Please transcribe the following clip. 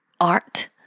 art